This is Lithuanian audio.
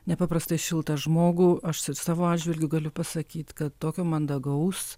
nepaprastai šiltą žmogų aš ir savo atžvilgiu galiu pasakyt kad tokio mandagaus